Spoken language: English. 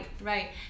right